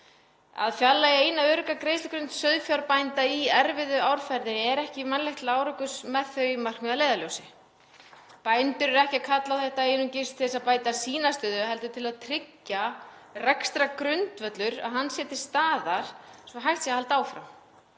Að fjarlægja eina örugga greiðslugrunn sauðfjárbænda í erfiðu árferði er ekki vænlegt til árangurs með þau markmið að leiðarljósi. Bændur eru ekki að kalla á þetta einungis til þess að bæta sína stöðu heldur til að tryggja að rekstrargrundvöllur sé til staðar svo að hægt sé að halda áfram,